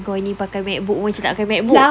kau ni pakai MacBook pun macam tak pakai MacBook